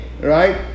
Right